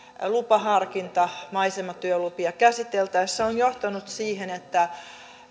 lupaharkinta maisematyölupia käsiteltäessä on johtanut siihen että